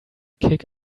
kick